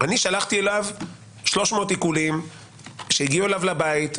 אני שלחתי אליו 300 עיקולים שהגיעו אליו הביתה,